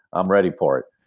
i'm ready for it.